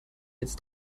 jetzt